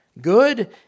good